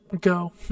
go